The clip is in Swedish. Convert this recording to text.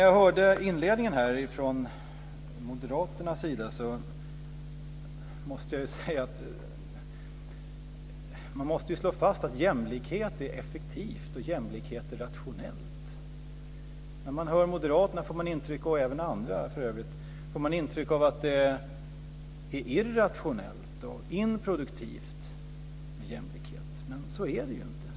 Jag hörde inledningen här från Moderaternas sida, och jag måste säga att man måste slå fast att jämlikhet är effektivt och att jämlikhet är rationellt. När man hör moderater, och även andra för övrigt, får man intryck av att det är irrationellt och improduktivt med jämlikhet, men så är det ju inte.